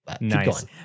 nice